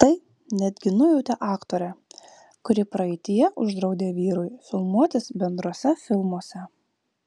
tai netgi nujautė aktorė kuri praeityje uždraudė vyrui filmuotis bendruose filmuose